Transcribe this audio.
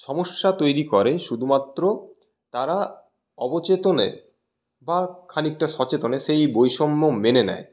সমস্যা তৈরি করে শুধুমাত্র তারা অবচেতনে বা খানিকটা সচেতনে সেই বৈষম্য মেনে নেয়